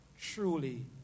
truly